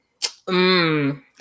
Mmm